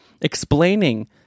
explaining